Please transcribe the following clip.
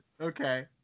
Okay